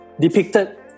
depicted